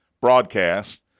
broadcast